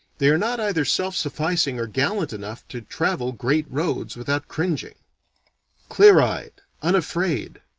they are not either self-sufficing or gallant enough to travel great roads without cringing clear-eyed, unafraid.